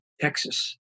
Texas